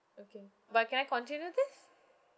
okay but can I consider this